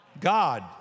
God